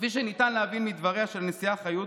כפי שניתן להבין מדבריה של הנשיאה חיות,